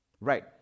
right